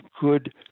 good